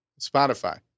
Spotify